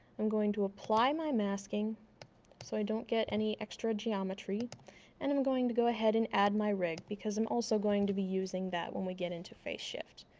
i'm going to apply masking so i don't get any extra geometry and i'm going to go ahead and add my rig because i'm also going to be using that when we get into faceshift.